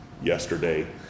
Yesterday